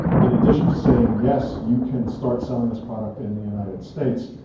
in addition to saying, yes, you can start selling this product in the united states,